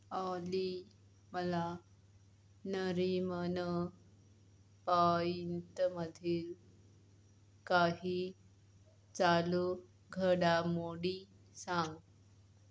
ऑली मला नरिमन पॉईंटमधील काही चालू घडामोडी सांग